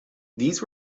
these